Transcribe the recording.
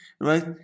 right